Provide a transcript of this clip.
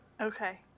Okay